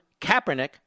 Kaepernick